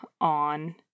on